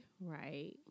right